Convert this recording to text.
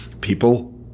people